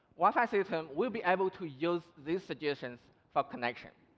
wi-fi system will be able to use these suggestions for connection.